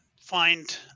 find